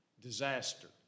Disaster